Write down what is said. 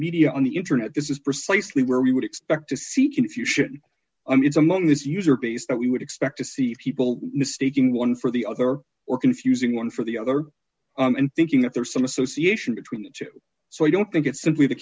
media on the internet this is precisely where we would expect to see confusion and it's among this user base that we would expect to see for people mistaking one for the other or confusing one for the other and thinking that there is some association between the two so i don't think it's simply the